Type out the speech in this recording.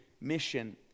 mission